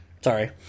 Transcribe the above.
Sorry